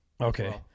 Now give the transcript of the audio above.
Okay